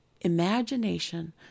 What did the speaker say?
imagination